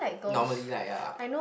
normally like ah